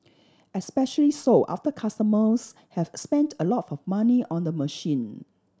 especially so after customers have spent a lot of money on the machine